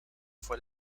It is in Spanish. fue